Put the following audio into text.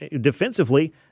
defensively